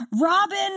Robin